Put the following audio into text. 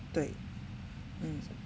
对 mm